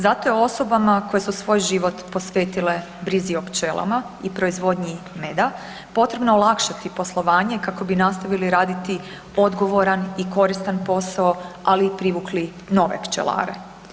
Zato je osobama koje su svoj život posvetile brizi o pčelama i proizvodnji meda potrebno olakšati poslovanje kako bi nastavili raditi odgovoran i koristan posao, ali i privukli nove pčelare.